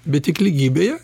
bet tik lygybėje